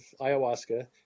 ayahuasca